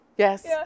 Yes